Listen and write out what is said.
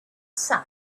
sun